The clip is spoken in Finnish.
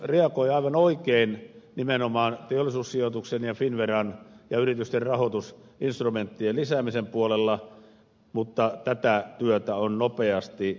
hallitus reagoi aivan oikein nimenomaan teollisuussijoituksen ja finnveran ja yritysten rahoitusinstrumenttien lisäämisen puolella mutta tätä työtä on nopeasti jatkettava